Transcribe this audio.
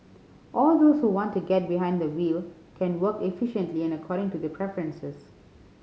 and those who want to get behind the wheel can work efficiently and according to their preferences